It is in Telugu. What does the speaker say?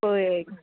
పోయాయి